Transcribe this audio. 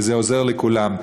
כי זה עוזר לכולם.